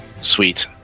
Sweet